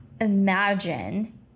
imagine